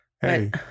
hey